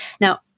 Now